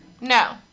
No